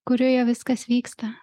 kurioje viskas vyksta